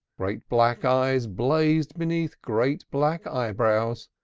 great black eyes blazed beneath great black eyebrows,